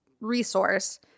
resource